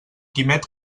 quimet